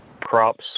crops